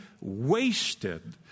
wasted